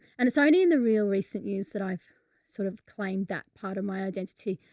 and it's only in the real recent years that i've sort of claimed that part of my identity.